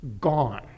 Gone